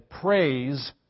praise